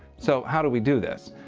so how do we do this?